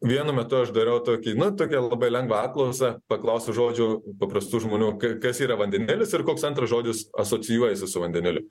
vienu metu aš dariau tokį nu tokią labai lengvą klausą paklausiau žodžio paprastų žmonių kai kas yra vandenilis ir koks antras žodis asocijuojasi su vandeniliu